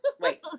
Wait